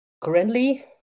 currently